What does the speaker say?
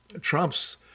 Trump's